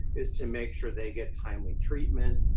is to make sure they get timely treatment,